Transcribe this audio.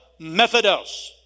Methodos